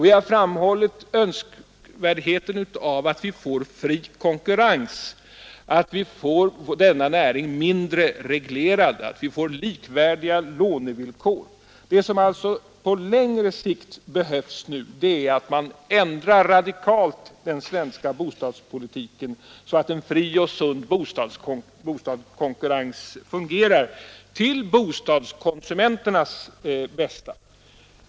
Vi har framhållit önskvärdheten av att det blir en fri konkurrens, att denna näring blir mindre reglerad och att alla får likvärdiga lånevillkor. Det som på längre sikt behövs är att man radikalt ändrar den svenska bostadspolitiken så att en fri och sund bostadskon kurrens fungerar till bostadskonsumenternas bästa.